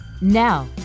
now